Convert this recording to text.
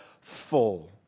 full